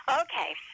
Okay